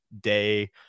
day